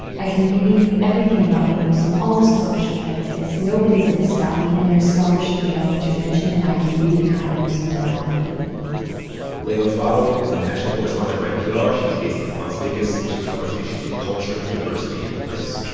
i can read everything about being muslim, all of the scholarship that exists, nobody's going to stop me. and there's scholarship without intervention. and i can be the kind of muslim that i want to be leila fadel is a national correspondent for npr. she's based in las vegas and she covers issues of culture, diversity and race.